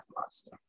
master